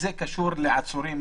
וזה קשור לעצורים